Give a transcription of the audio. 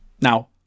Now